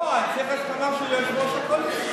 לא, אני צריך הסכמה של יושב-ראש הקואליציה.